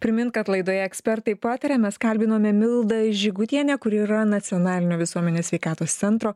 primint kad laidoje ekspertai pataria mes kalbinome mildą žygutienę kuri yra nacionalinio visuomenės sveikatos centro